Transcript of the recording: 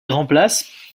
remplace